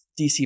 DC